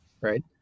Right